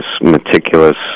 meticulous